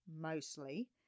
mostly